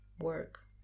work